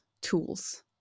tools